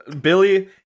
Billy